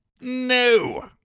No